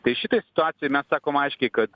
tai šitoj situacijoj mes sakom aiškiai kad